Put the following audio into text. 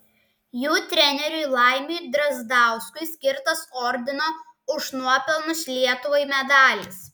jų treneriui laimiui drazdauskui skirtas ordino už nuopelnus lietuvai medalis